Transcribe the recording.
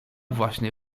właśnie